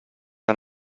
han